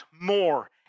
more